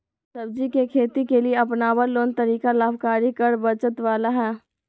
सब्जी के खेती के लिए अपनाबल कोन तरीका लाभकारी कर बचत बाला है?